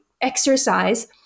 Exercise